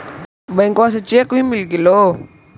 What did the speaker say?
बैंकवा से चेक भी मिलगेलो?